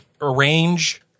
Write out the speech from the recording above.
arrange